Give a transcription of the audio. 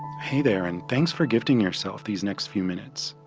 hey there, and thanks for gifting yourself these next few minutes.